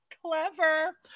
clever